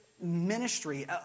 ministry